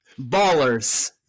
ballers